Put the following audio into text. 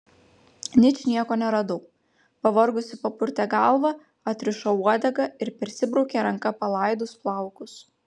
ničnieko neradau pavargusi papurtė galvą atrišo uodegą ir persibraukė ranka palaidus plaukus